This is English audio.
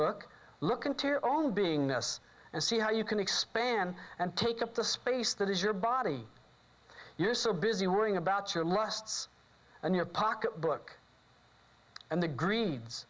look look into your own beingness and see how you can expand and take up the space that is your body you're so busy worrying about your lusts and your pocketbook and the greens